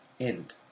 end